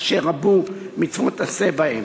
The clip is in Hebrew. אשר רבו מצוות עשה שבהם,